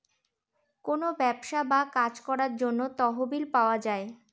কোনো ব্যবসা বা কাজ করার জন্য তহবিল পাওয়া যায়